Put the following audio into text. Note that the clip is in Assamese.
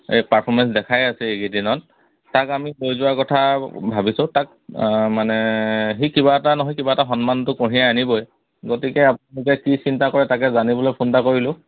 এই পাৰফৰ্মেঞ্চ দেখাই আছে এইকেইদিনত তাক আমি লৈ যোৱাৰ কথা ভাবিছোঁ তাক মানে সি কিবা এটা নহয় কিবা এটা সন্মানটো পঢ়িয়াই আনিবই গতিকে আপোনালোকে কি চিন্তা কৰে তাকে জানিবলৈ ফোন এটা কৰিলোঁ